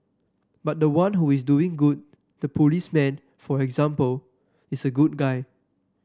but the one who is doing good the policeman for example is a good guy